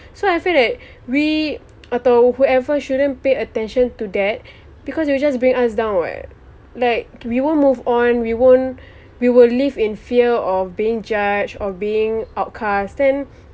so I feel like we atau whoever shouldn't pay attention to that because you just bring us down [what] like we won't move on we won't we will live in fear of being judged or being outcasts then